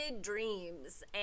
dreams